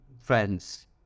friends